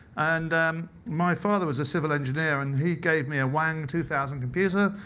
and um my father was a civil engineer, and he gave me a wang two thousand computer,